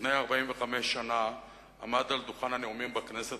לפני 45 שנה עמד על דוכן הנואמים בכנסת